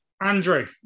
andrew